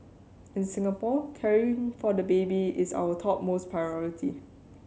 in Singapore caring for the baby is our topmost priority